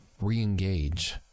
re-engage